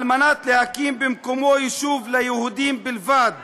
מנת להקים במקומו יישוב ליהודים בלבד